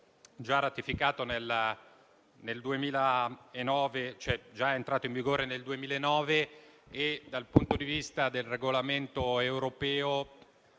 già entrato in vigore nel 2009. Dal punto di vista del regolamento europeo